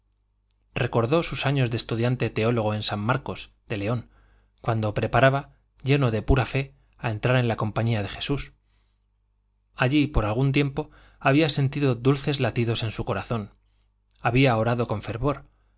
recordó sus años de estudiante teólogo en san marcos de león cuando se preparaba lleno de pura fe a entrar en la compañía de jesús allí por algún tiempo había sentido dulces latidos en su corazón había orado con fervor